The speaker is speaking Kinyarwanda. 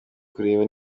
kureba